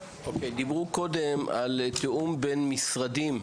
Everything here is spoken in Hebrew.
דיברו קודם על תיאום בין משרדים.